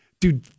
Dude